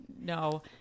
no